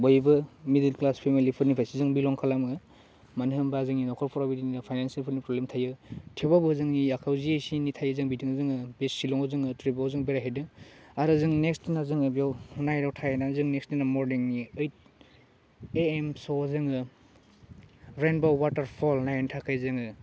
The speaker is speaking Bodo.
बयबो मिडिल क्लास फेमिलिफोरनिफ्रायसो जों बिलं खालामो मोनो होनबा जोंनि नखरफ्राव बिदिनो फाइनानशियेलफोरनि प्रब्लेम थायो थेवबाबो जों आखाइयाव जि इसे एनै थायो जों बिदिनो जोङो बे शिलङाव जोङो ट्रिबाव जों बेरायहैदों आरो जों नेक्स दिनाव जों बेयाव नाइटआव थाइना जों नेक्स दिनाव मर्निंनि एइट एएमसोआव जोङो रेइनब' वाटार फल नायनो थाखाय जोङो